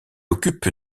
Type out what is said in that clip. occupe